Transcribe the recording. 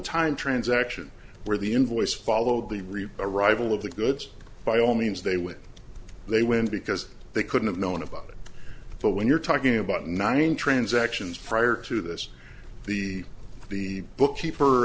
time transaction where the invoice followed the rebuy arrival of the goods by all means they would they win because they couldn't have known about it but when you're talking about nine transactions prior to this the the book